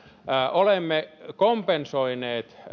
olemme kompensoineet